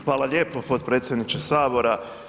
Hvala lijepo potpredsjedniče Sabora.